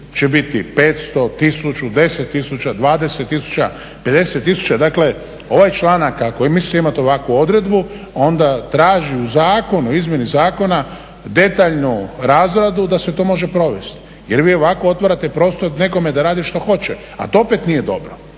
će biti 500, 1000, 10 tisuća, 20 tisuća, 50 tisuća, dakle članak ako je mislio imati ovakvu odredbu, onda traži u zakonu o izmjeni zakona detaljnu razradu da se to može provesti jer vi ovako otvarate prostor nekome da radi što hoće, a to opet nije dobro.